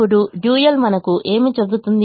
ఇప్పుడు డ్యూయల్ మనకు ఏమి చెబుతుంది